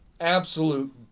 absolute